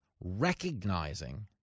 recognizing